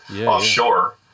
offshore